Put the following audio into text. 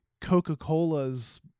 Coca-Cola's